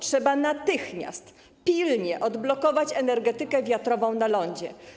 Trzeba natychmiast, pilnie odblokować energetykę wiatrową na lądzie.